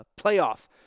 playoff